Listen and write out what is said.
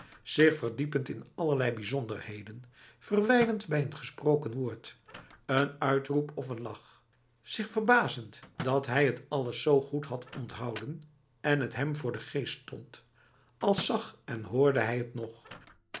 zich verdiepend in allerlei bijzonderheden verwijlend bij een gesproken woord een uitroep of een lach zich verbazend dat hij het alles zo goed had onthouden en het hem voor de geest stond als zag en hoorde hij het nog